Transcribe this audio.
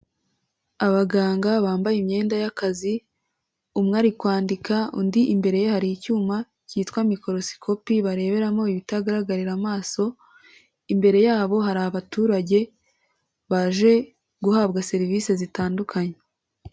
Abaganga bambaye imyenda y'akazi umwe ari kwandika undi imbere hari icyuma cyitwa mikorosikopi bareberamo ibitagaragarira amaso imbere yabo hari abaturage baje guhabwa serivisi zitandukanye.